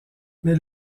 mais